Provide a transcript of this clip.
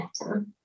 better